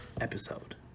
episode